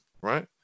right